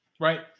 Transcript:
right